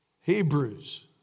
Hebrews